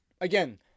again